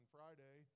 Friday